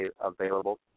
available